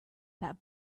that